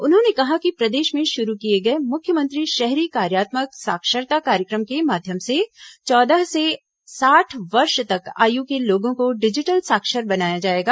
उन्होंने कहा कि प्रदेश में शुरू किए गए मुख्यमंत्री शहरी कार्यात्मक साक्षरता कार्यक्रम के माध्यम से चौदह से साठ वर्ष तक आय के लोगों को डिजिटल साक्षर बनाया जाएगा